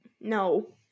No